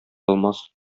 алмас